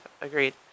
agreed